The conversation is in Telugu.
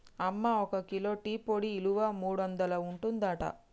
అమ్మ ఒక కిలో టీ పొడి ఇలువ మూడొందలు ఉంటదట